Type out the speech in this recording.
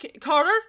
Carter